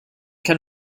kann